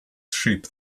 sheep